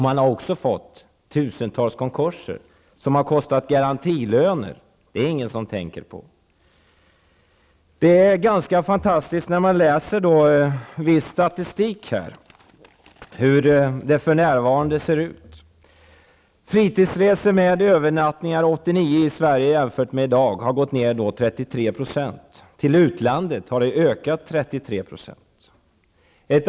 Man har också fått tusentals konkurser, som har kostat garantilöner -- det är det ingen som tänker på. Det är ganska fantastiskt att läsa statistik över hur det för närvarande ser ut. Fritidsresor med övernattningar i Sverige har gått ner från 1989 till i dag med 33 %. Till utlandet har resorna ökat med 33 %.